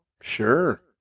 Sure